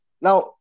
Now